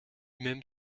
même